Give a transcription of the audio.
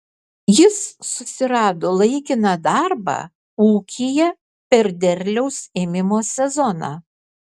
jis susirado laikiną darbą ūkyje per derliaus ėmimo sezoną